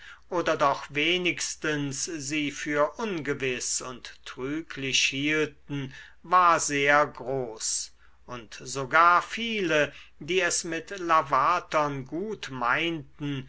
oder doch wenigstens sie für ungewiß und trüglich hielten war sehr groß und sogar viele die es mit lavatern gut meinten